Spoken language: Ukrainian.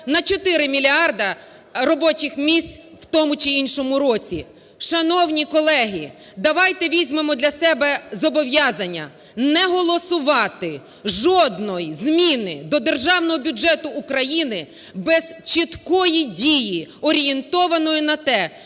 на 4 мільярда робочих місць в тому чи іншому році. Шановні колеги, давайте візьмемо для себе зобов'язання не голосувати жодної зміни до Державного бюджету України без чіткої дії, орієнтованої на те,